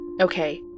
Okay